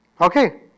Okay